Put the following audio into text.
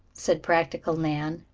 said practical nan,